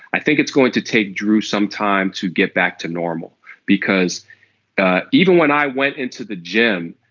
i think it's going to take drew some time to get back to normal because even when i went into the gym